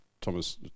Thomas